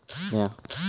म्या